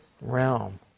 realm